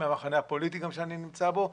מהמחנה הפוליטי גם שאני נמצא בו,